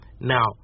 Now